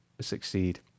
succeed